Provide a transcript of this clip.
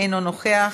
אינו נוכח.